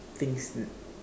things